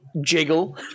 Jiggle